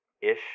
ish